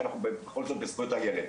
כי אנחנו בכל זאת בזכויות הילד,